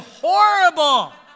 horrible